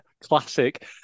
classic